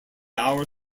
our